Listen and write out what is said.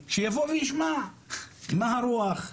שיבוא וישמע מה הרוח,